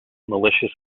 malicious